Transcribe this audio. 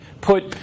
put